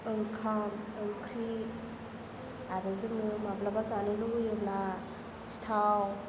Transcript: ओंखाम ओंख्रि आरो जोङो माब्लाबा जानो लुबैयोब्ला सिथाव